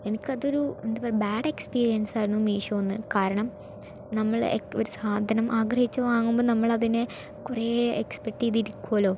എനിക്ക് അത് ഒരു എ ബാഡ് എക്സ്പീരിയൻസ് ആയിരുന്നു മീഷോ നിന്ന് കാരണം നമ്മൾ ഇപ്പോൾ ഒരു സാധനം ആഗ്രഹിച്ച് വാങ്ങുമ്പോൾ നമ്മൾ അതിനെ കുറെ എക്സ്പെക്ട് ചെയ്ത് ഇരിക്കോലോ